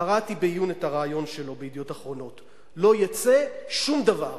קראתי בעיון את הריאיון אתו ב"ידיעות אחרונות" לא יצא שום דבר.